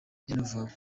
yanavugaga